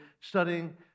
studying